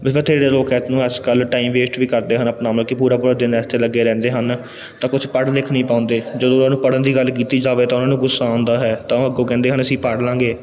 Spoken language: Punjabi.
ਵੈਸੇ ਬਥੇਰੇ ਲੋਕ ਇਸ ਨੂੰ ਅੱਜ ਕੱਲ੍ਹ ਟਾਈਮ ਵੇਸਟ ਵੀ ਕਰਦੇ ਹਨ ਆਪਣਾ ਮਤਲਬ ਕਿ ਪੂਰਾ ਪੂਰਾ ਦਿਨ ਇਸ 'ਤੇ ਲੱਗੇ ਰਹਿੰਦੇ ਹਨ ਤਾਂ ਕੁਛ ਪੜ੍ਹ ਲਿਖ ਨਹੀਂ ਪਾਉਂਦੇ ਜਦੋਂ ਉਹਨਾਂ ਨੂੰ ਪੜ੍ਹਨ ਦੀ ਗੱਲ ਕੀਤੀ ਜਾਵੇ ਤਾਂ ਉਹਨਾਂ ਨੂੰ ਗੁੱਸਾ ਆਉਂਦਾ ਹੈ ਤਾਂ ਅੱਗੋਂ ਕਹਿੰਦੇ ਹਨ ਅਸੀਂ ਪੜ੍ਹ ਲਾਂਗੇ